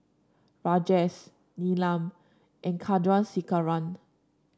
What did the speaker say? Rajesh Neelam and Chandrasekaran